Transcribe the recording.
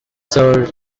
sir